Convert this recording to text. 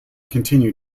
continue